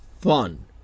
fun